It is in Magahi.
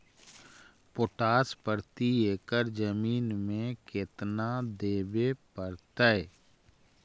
पोटास प्रति एकड़ जमीन में केतना देबे पड़तै?